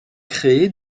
créée